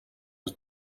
was